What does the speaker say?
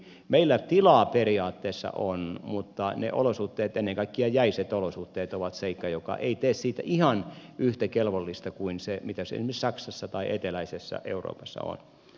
meillä tilaa periaatteessa on mutta ne olosuhteet ennen kaikkea jäiset olosuhteet ovat seikka joka ei tee siitä ihan yhtä kelvollista kuin se esimerkiksi saksassa tai eteläisessä euroopassa on